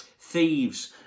thieves